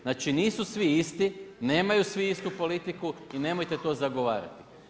Znači nisu svi isti, nemaju svi istu politiku i nemojte to zagovarati.